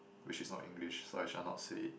which is not English so I shall not say it